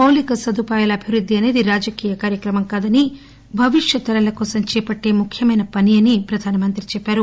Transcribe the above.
మౌలిక సదుపాయాల అభివృద్ది అనేది రాజకీయ కార్యక్రమం కాదని భవిష్యత్ తరాల కోసం చేపట్టే ముఖ్యమైన పని అని ప్రధానమంత్రి అన్నారు